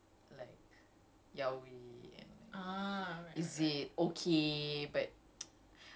you know it brings me back to that convo that we had about macam like